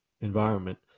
environment